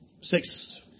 six